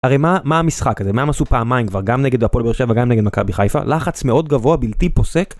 הרי מה מה המשחק הזה? מה הם עשו פעמיים כבר? גם נגד הפועל באר שבע וגם נגד מכבי חיפה? לחץ מאוד גבוה, בלתי פוסק.